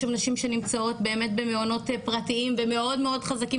יש שם נשים שנמצאות במעונות פרטיים ומאוד חזקים,